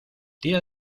tira